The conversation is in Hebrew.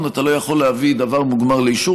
אתה לא יכול להביא דבר מוגמר לאישור.